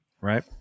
right